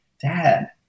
dad